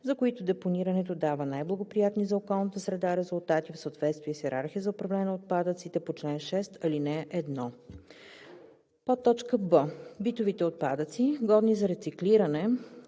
за които депонирането дава най-благоприятни за околната среда резултати в съответствие с йерархия за управление на отпадъците по чл. 6, ал. 1; б) битовите отпадъци, годни за рециклиране